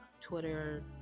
Twitter